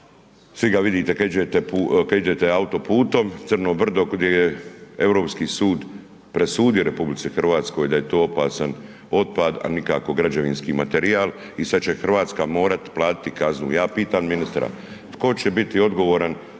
svi ga vidite kada idete autoputom, Crno brdo gdje je Europski sud presudio RH da je to opasan otpad a nikako građevinski materijal i sada će Hrvatska morati platiti kaznu. Ja pitam ministra, tko će biti odgovoran